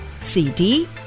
CD